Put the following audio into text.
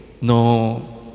no